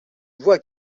voient